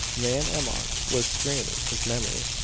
van emmon was straining his memory.